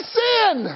sin